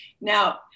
Now